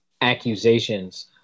accusations